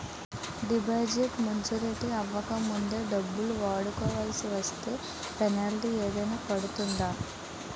Deposit maturity అవ్వక ముందే డబ్బులు వాడుకొవాల్సి వస్తే పెనాల్టీ ఏదైనా పడుతుందా?